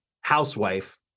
housewife